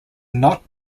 not